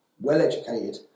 well-educated